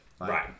right